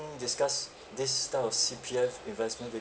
discuss this style of C_P_F investment with